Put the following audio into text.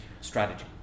strategy